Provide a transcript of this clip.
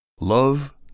Love